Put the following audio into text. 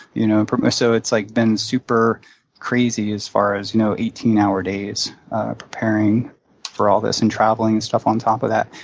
you know um ah so it's like been super crazy as far as you know eighteen hour days preparing for all this and traveling and stuff on top of that.